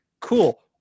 cool